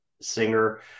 singer